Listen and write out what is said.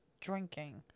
drinking